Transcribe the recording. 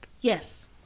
yes